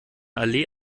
allee